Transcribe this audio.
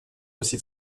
aussi